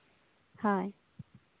ᱦᱳᱭ